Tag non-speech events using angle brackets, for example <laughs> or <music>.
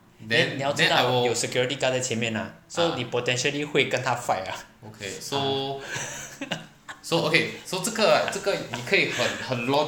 then 你要知道你有 security guard 在前面啦 so 你 potentially 会跟他 fight lah ah <laughs> <laughs>